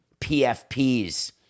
PFPs